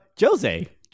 Jose